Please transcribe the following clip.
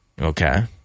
okay